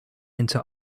into